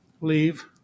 Leave